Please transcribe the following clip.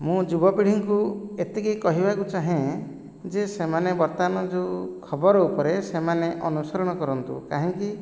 ମୁଁ ଯୁବପିଢ଼ିଙ୍କୁ ଏତିକି କହିବାକୁ ଚାହେଁ ଯେ ସେମାନେ ବର୍ତ୍ତମାନ ଯେଉଁ ଖବର ଉପରେ ସେମାନେ ଅନୁସରଣ କରନ୍ତୁ କାହିଁକି